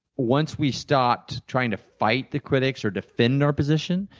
once we stopped trying to fight the critics or defend our position,